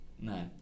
No